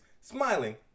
smiling